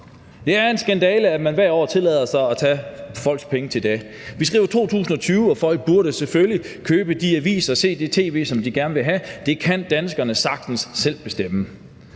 Det er en skandale, at man hvert år tillader sig at tage folks penge til det. Vi skriver 2020, og folk burde selvfølgelig købe de aviser og se det tv, som de gerne vil have. Det kan danskerne sagtens selv bestemme.